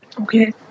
Okay